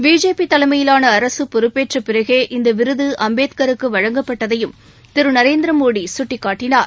BJP தலைமையிலான அரசு பொறுப்பேற்ற பிறகே இந்த விருது அம்பேத்கருக்கு வழங்கப்பட்டதையும் திரு நரேந்திரமோடி சுட்டிக்காட்டினார்